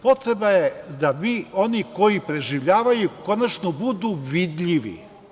Potreba je da oni koji preživljavaju konačno budu vidljivi.